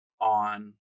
on